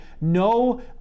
no